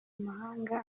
mahanga